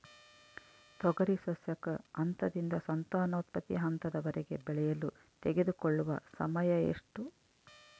ತೊಗರಿ ಸಸ್ಯಕ ಹಂತದಿಂದ ಸಂತಾನೋತ್ಪತ್ತಿ ಹಂತದವರೆಗೆ ಬೆಳೆಯಲು ತೆಗೆದುಕೊಳ್ಳುವ ಸಮಯ ಎಷ್ಟು?